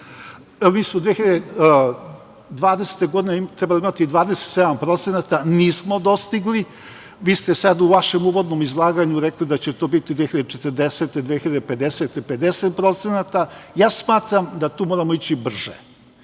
mi smo 2020. godine trebali imati 27%, nismo dostigli. Vi ste sada u vašem uvodnom izlaganju rekli da će to biti 2040, 2050. godine 50%, ja smatram da tu moramo ići brže.